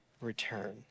return